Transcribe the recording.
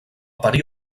parir